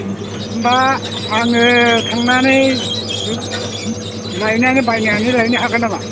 होनबा आङो थांनानै नायनानै बायनानै लाबोनो हागोन नामा